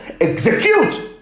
Execute